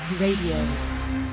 Radio